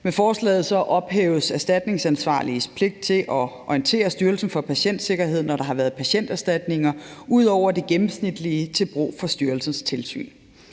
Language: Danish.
Med forslaget ophæves erstatningsansvarliges pligt til at orientere Styrelsen for Patientsikkerhed, når der har været patienterstatninger ud over det gennemsnitlige til brug for styrelsens tilsyn.